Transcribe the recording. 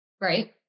right